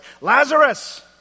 Lazarus